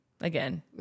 Again